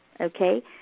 okay